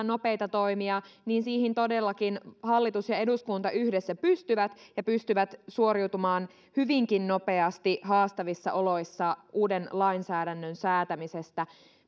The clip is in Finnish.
nopeita toimia niin siihen todellakin hallitus ja eduskunta yhdessä pystyvät ja pystyvät suoriutumaan hyvinkin nopeasti haastavissa oloissa uuden lainsäädännön säätämisestä